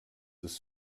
ist